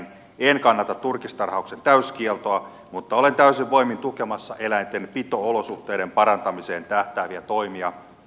en kannata turkistarhauksen täyskieltoa mutta olen täysin voimin tukemassa eläintenpito olosuhteiden parantamiseen tähtääviä toimia